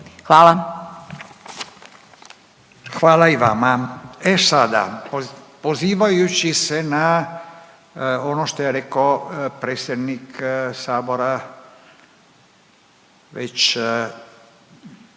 Hvala i vama. E sada, pozivajući se na ono što je rekao predsjednik sabora već